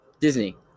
Disney